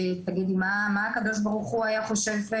תגיד הרבנות מכירה בגיורים של